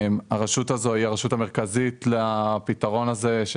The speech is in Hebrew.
הרשות הזאת היא הרשות המרכזית לפתרון, היא